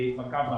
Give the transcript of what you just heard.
בקו האדום,